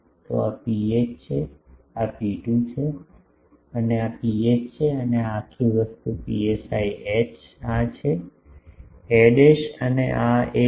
તો આ ρh છે આ ρ2 છે અને આ પીએચ છે અને આ આખી વસ્તુ psi h આ છે એ અને આ એ છે